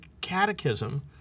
catechism